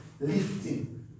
lifting